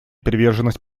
приверженность